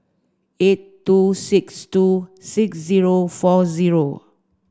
eight two six two six zero four zero